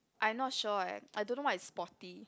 I not sure eh I don't know what is sporty